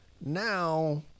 now